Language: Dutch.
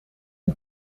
een